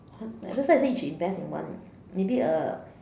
that that's why I say you should invest in one maybe a